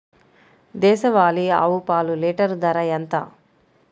దేశవాలీ ఆవు పాలు లీటరు ధర ఎంత?